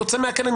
יוצא מן הכלא,